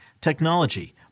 technology